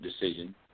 decision